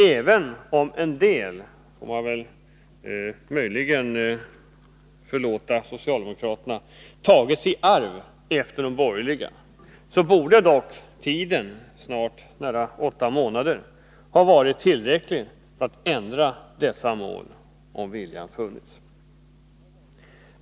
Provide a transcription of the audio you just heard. Även om en del — det får man möjligen förlåta socialdemokraterna — tagits i arv efter de borgerliga borde dock tiden, nära åtta månader, ha varit tillräcklig för att ändra dessa mål om viljan funnits.